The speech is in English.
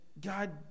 God